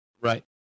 right